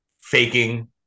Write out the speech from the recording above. faking